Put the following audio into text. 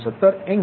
0217 angle 229